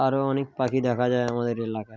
আরও অনেক পাখি দেখা যায় আমাদের এলাকায়